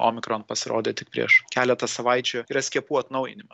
omikron pasirodė tik prieš keletą savaičių yra skiepų atnaujinimą